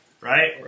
right